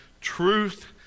truth